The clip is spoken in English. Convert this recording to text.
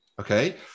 okay